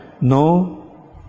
no